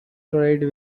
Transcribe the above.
trade